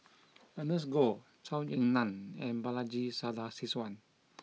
Ernest Goh Zhou Ying Nan and Balaji Sadasivan